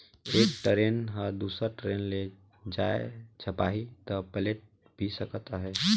एक टरेन ह दुसर टरेन ले जाये झपाही त पलेट भी सकत हे